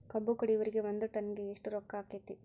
ಕಬ್ಬು ಕಡಿಯುವರಿಗೆ ಒಂದ್ ಟನ್ ಗೆ ಎಷ್ಟ್ ರೊಕ್ಕ ಆಕ್ಕೆತಿ?